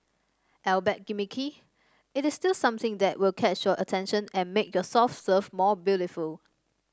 albeit gimmicky it is still something that will catch your attention and make your soft serve more beautiful